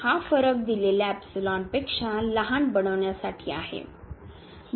हा फरक दिलेल्या एप्सिलॉनपेक्षा लहान बनवण्यासाठी आहे